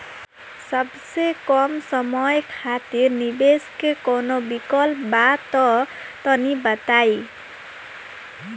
सबसे कम समय खातिर निवेश के कौनो विकल्प बा त तनि बताई?